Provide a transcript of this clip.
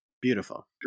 Beautiful